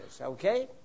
Okay